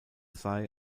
sei